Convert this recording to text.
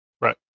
Right